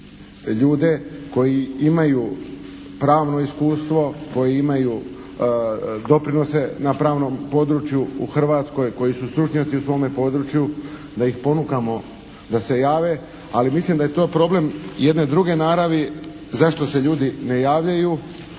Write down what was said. ljude koji imaju pravno iskustvo, koji imaju doprinose na pravnom području u Hrvatskoj, koji su stručnjaci u svome području da ih ponukamo da se jave, ali mislim da je to problem jedne druge naravi zašto se ljudi ne javljaju